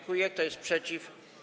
Kto jest przeciw?